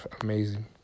amazing